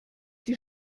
die